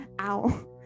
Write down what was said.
ow